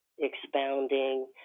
expounding